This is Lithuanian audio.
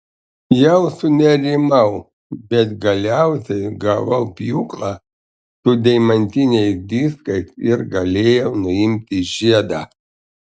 jau sunerimau bet galiausiai gavau pjūklą su deimantiniais diskais ir galėjau nuimti žiedą